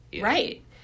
right